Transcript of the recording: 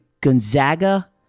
Gonzaga